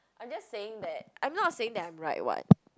I'm just saying that I'm not saying that I'm right [what]